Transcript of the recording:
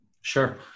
Sure